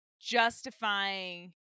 justifying